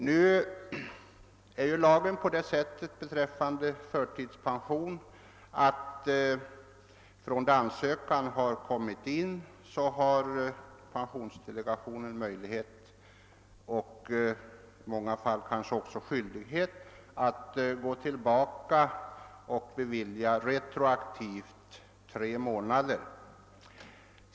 Nu säger lagen beträffande förtidspension att pensionsdelegationen från det ansökan inlämnats har möjlighet och i många fall kanske också skyldighet att gå tillbaka och bevilja retroaktiv ersättning för tre månader.